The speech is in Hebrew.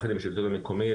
יחד עם השלטון המקומי,